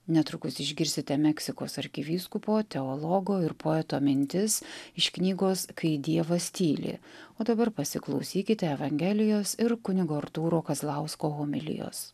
netrukus išgirsite meksikos arkivyskupo teologo ir poeto mintis iš knygos kai dievas tyli o dabar pasiklausykite evangelijos ir kunigo artūro kazlausko homilijos